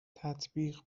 تطبیق